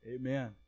Amen